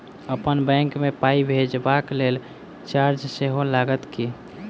अप्पन बैंक मे पाई भेजबाक लेल चार्ज सेहो लागत की?